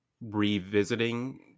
revisiting